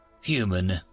human